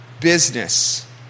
business